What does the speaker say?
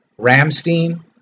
Ramstein